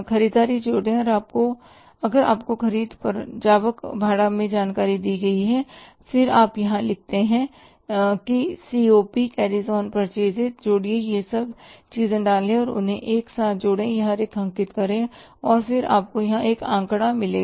खरीदारी जोड़ें और अगर आपको खरीद पर आवक भाड़ा के बारे में जानकारी दी गई है फिर आप यहां लिखते हैं कि COP कैरिज ऑन परचेसेस जोड़िए यह सब चीजें डालें और उन्हें एक साथ जोड़ें यहां रेखांकित करें और फिर आपको यहां एक आंकड़ा मिलेगा